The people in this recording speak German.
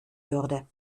würde